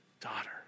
Daughter